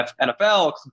NFL